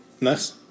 Nice